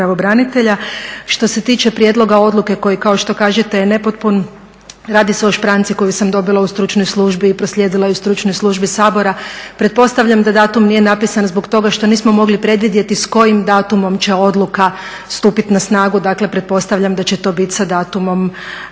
Što se tiče prijedloga odluke koji kao što kažete je nepotpun. Radi se o špranci koju sam dobila u stručnoj službi i proslijedila je Stručnoj službi Sabora. Pretpostavljam da datum nije napisan zbog toga što nismo mogli predvidjeti s kojim datumom će odluka stupit na snagu. Dakle, pretpostavljam da će to bit sa datumom